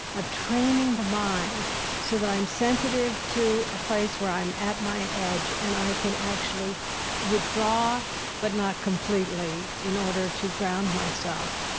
of training the mind so that i am sensitive to a place where i'm at my edge, and i can actually withdraw but not completely in order to ground myself,